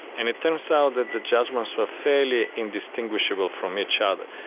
and it turns out that the judgements were fairly indistinguishable from each other.